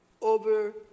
over